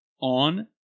on